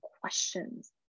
questions